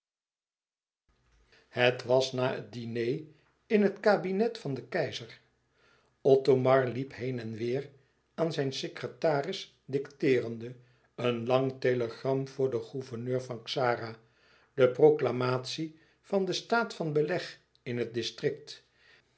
het was na het diner in het kabinet van den keizer othomar liep heen en weêr aan zijn secretaris dicteerende een lang telegram voor den gouverneur van xara de proclamatie van den staat van beleg in het distrikt